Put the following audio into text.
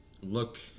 look